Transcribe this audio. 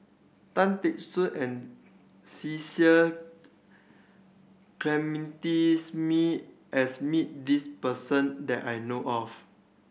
Tan Teck Soon and Cecil Clementi Smith has met this person that I know of